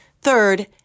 Third